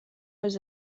was